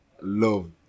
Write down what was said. love